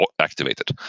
activated